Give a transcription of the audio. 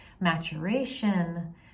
maturation